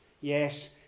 Yes